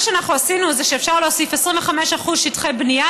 מה שאנחנו עשינו זה שאפשר להוסיף 25% שטחי בנייה